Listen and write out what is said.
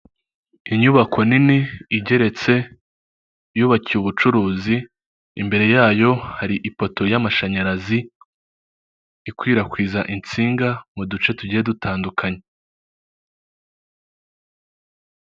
Inyubako nini igeretse yubakiwe ubucuruzi imbere yayo hari ipoto y'amashanyarazi ikwirakwiza insinga mu duce tugiye dutandukanye.